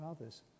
others